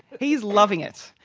he's loving it.